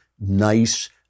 nice